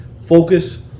Focus